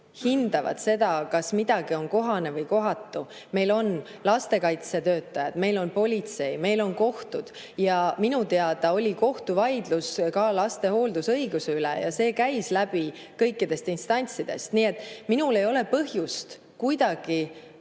hindavad seda, kas miski on kohane või kohatu. Meil on lastekaitsetöötajad, on politsei, meil on kohtud. Ja minu teada oli kohtuvaidlus ka laste hooldusõiguse üle ja see käis läbi kõikidest instantsidest. Minul ei ole põhjust seada